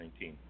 2019